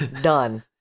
Done